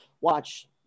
watch